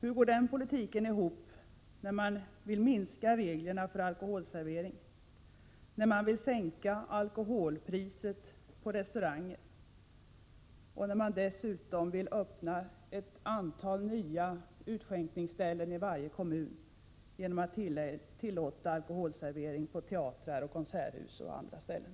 Hur går den politiken ihop med viljan att förenkla reglerna för alkoholservering, att sänka alkoholpriserna på restauranger och dessutom att öppna ett antal nya utskänkningsställen i varje kommun genom att alkoholservering tillåts på teatrar, konserthus och andra ställen?